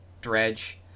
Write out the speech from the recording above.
Dredge